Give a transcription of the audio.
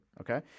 Okay